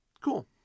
Cool